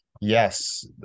Yes